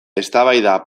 eztabaida